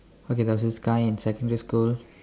okay there was this guy in secondary school